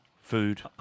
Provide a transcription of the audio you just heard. Food